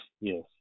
yes